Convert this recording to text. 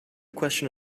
question